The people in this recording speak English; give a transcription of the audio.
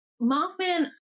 Mothman